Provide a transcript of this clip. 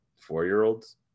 four-year-olds